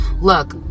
look